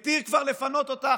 כבר התיר לפנות אותה,